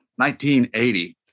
1980